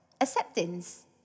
acceptance